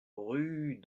rue